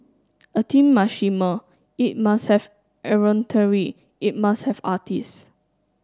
a team must shimmer it must have it must have artist